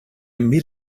met